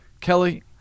Kelly